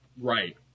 Right